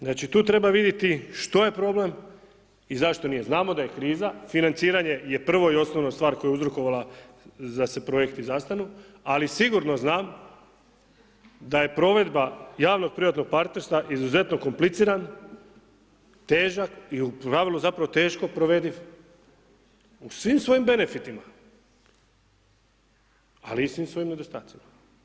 Znači, tu treba vidjeti što je problem i zašto nije, znamo da je kriza, financiranje je prvo i osnovno stvar koja je uzrokovala da se projekti zastanu, ali sigurno znam da je provedba javno privatnog partnerstva izuzetno kompliciran, težak i u pravilu zapravo teško provediv u svim svojim benefitima, ali istim svojim nedostacima.